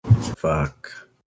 Fuck